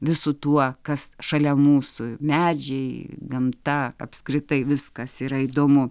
visu tuo kas šalia mūsų medžiai gamta apskritai viskas yra įdomu